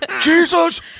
Jesus